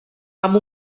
amb